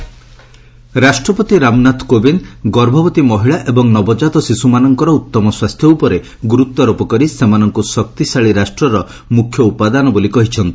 president ରାଷ୍ଟ୍ପତି ରାମନାଥ କୋବିନ୍ଦ ଗର୍ଭବତୀ ମହିଳା ଏବଂ ନବଜାତ ଶିଶୁମାନଙ୍କର ଉତ୍ତମ ସ୍ୱାସ୍ଥ୍ୟ ଉପରେ ଗୁରୁତ୍ୱାରୋପ କରି ସେମାନଙ୍କୁ ଶକ୍ତିଶାଳୀ ରାଷ୍ଟର ମୁଖ୍ୟ ଉପାଦାନ ବୋଲି କହିଛନ୍ତି